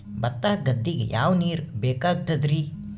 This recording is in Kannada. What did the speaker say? ಭತ್ತ ಗದ್ದಿಗ ಯಾವ ನೀರ್ ಬೇಕಾಗತದರೀ?